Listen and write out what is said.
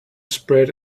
spread